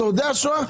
בשורדי השואה?